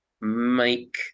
make